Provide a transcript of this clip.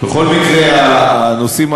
למדתי את הנושא, תאמין לי.